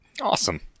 Awesome